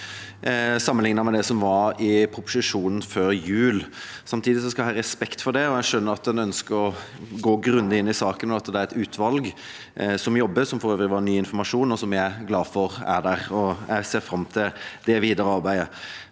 sammenlignet med det som står i proposisjonen som kom før jul. Samtidig har jeg respekt for det. Jeg skjønner at en ønsker å gå grundig inn i saken, og at det er et utvalg som jobber, som for øvrig var ny informasjon, og som jeg er glad for er der. Jeg ser fram til det videre arbeidet.